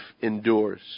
endures